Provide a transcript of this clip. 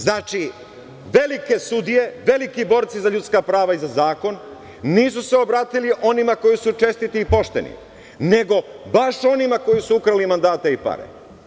Znači, velike sudije, veliki borci za ljudska prava i za zakon nisu se obratili onima koji su čestiti i pošteni, nego baš onima koji su ukrali mandate i pare.